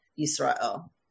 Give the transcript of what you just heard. Israel